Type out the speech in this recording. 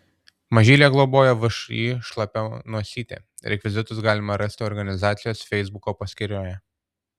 mažylę globoja všį šlapia nosytė rekvizitus galima rasti organizacijos feisbuko paskyroje